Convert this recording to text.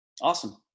awesome